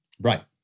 Right